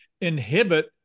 inhibit